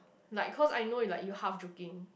like cause I know you like half joking